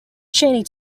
cheney